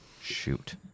Shoot